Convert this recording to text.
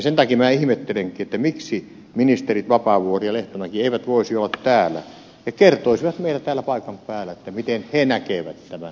sen takia minä ihmettelenkin miksi ministerit vapaavuori ja lehtomäki eivät voisi olla täällä ja kertoa meille täällä paikan päällä miten he näkevät tämän mihin johtaa tämä laki